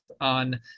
on